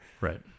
right